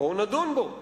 בואו נדון בו.